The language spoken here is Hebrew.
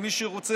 ומי שרוצה,